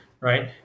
right